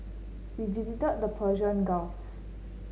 we visited the Persian Gulf